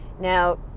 Now